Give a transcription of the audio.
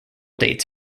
dates